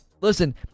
Listen